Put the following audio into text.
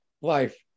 life